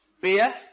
beer